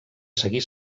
seguir